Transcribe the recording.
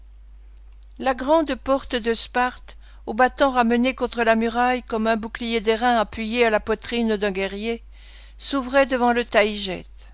la grande porte de sparte au battant ramené contre la muraille comme un bouclier d'airain appuyé à la poitrine d'un guerrier s'ouvrait devant le